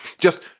just.